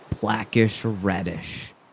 blackish-reddish